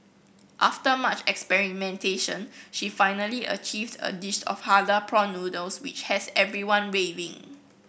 after much experimentation she finally achieved a dish of halal prawn noodles which has everyone raving